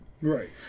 Right